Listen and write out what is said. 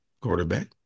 quarterback